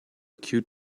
cute